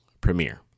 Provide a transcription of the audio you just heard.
premiere